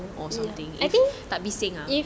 ya I think if